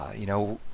you know,